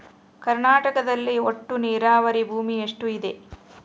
ಕರ್ನಾಟಕದಲ್ಲಿ ಒಟ್ಟು ನೇರಾವರಿ ಭೂಮಿ ಎಷ್ಟು ಇದೆ?